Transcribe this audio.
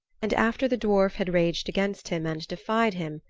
and after the dwarf had raged against him and defied him,